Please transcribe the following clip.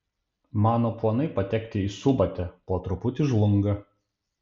mano planai patekti į subatę po truputį žlunga